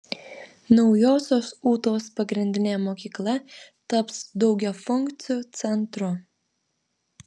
naujosios ūtos pagrindinė mokykla taps daugiafunkciu centru